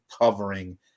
covering